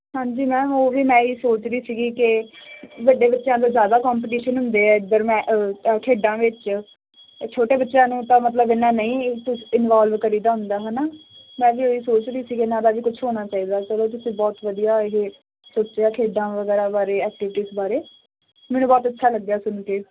ਹਾਂਜੀ ਮੈਮ ਹੋ ਗਈ ਮੈਂ ਹੀ ਸੋਚ ਰਹੀ ਸੀਗੀ ਕਿ ਵੱਡੇ ਬੱਚਿਆਂ ਤੋਂ ਜਿਆਦਾ ਕੰਪਟੀਸ਼ਨ ਹੁੰਦੇ ਆ ਇਧਰ ਮੈਂ ਖੇਡਾਂ ਵਿੱਚ ਛੋਟੇ ਬੱਚਿਆਂ ਨੂੰ ਤਾਂ ਮਤਲਬ ਇਹਨਾਂ ਨਹੀਂ ਇਨਵੋਲਵ ਕਰੀਦਾ ਹੁੰਦਾ ਹਨਾ ਮੈਂ ਵੀ ਉਹੀ ਸੋਚ ਰਹੀ ਸੀ ਇਹਨਾਂ ਦਾ ਵੀ ਕੁਝ ਹੋਣਾ ਚਾਹੀਦਾ ਚਲੋ ਤੁਸੀਂ ਬਹੁਤ ਵਧੀਆ ਇਹ ਸੋਚਿਆ ਖੇਡਾਂ ਵਗੈਰਾ ਬਾਰੇ ਐਕਟਿਵੀਟੀਜ਼ ਬਾਰੇ ਮੈਨੂੰ ਬਹੁਤ ਅੱਛਾ ਲੱਗਿਆ ਸੁਣ ਕੇ